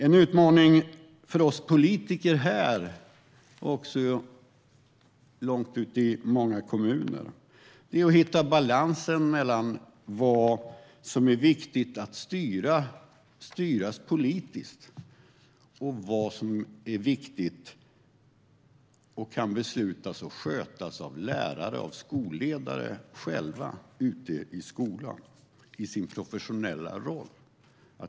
En utmaning för oss politiker här, och även för politiker långt ute i många kommuner, är att hitta balansen mellan vad som är viktigt att styra politiskt och vad som kan beslutas och skötas av lärare och skolledare själva i deras professionella roller ute i skolan.